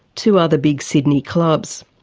two other big sydney clubs.